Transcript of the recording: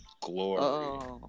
Glory